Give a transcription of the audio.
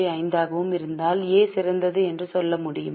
5 ஆகவும் இருந்தால் A சிறந்தது என்று சொல்ல முடியுமா